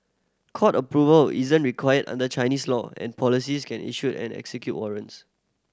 court approval isn't required under Chinese law and policies can issue and execute warrants